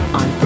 on